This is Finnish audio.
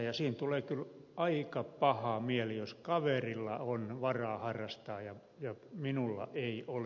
siinä tulee kyllä aika paha mieli jos kaverilla on varaa harrastaa ja minulla ei ole